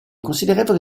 considerevole